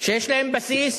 שיש להם בסיס,